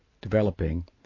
developing